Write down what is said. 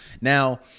now